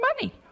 money